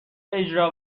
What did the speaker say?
اجرا